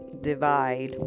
divide